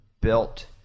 built